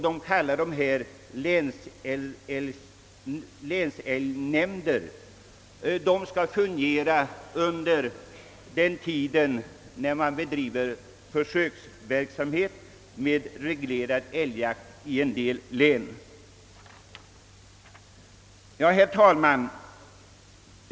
De skall fungera under den tid då försöksverksamhet med reglerad älgjakt bedrivs i en del län. Herr talman!